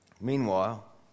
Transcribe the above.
Meanwhile